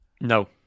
No